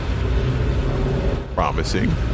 Promising